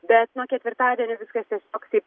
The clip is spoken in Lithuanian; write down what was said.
bet nuo ketvirtadienio viskas tiesiog taip